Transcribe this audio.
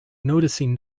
noticing